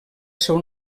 seu